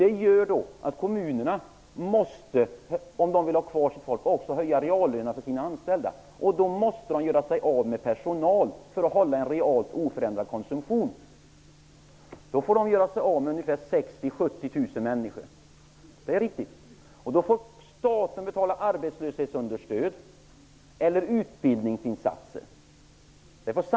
Det medför att kommunerna måste höja reallönerna för sina anställda, och då måste de göra sig av med personal för att hålla en realt oförändrad konsumtion. De får göra sig av med ungefär 70 000 människor. Staten får betala arbetslöshetsunderstöd eller utbildningsinsatser.